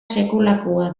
sekulakoa